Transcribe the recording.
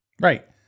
Right